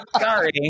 sorry